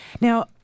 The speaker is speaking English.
Now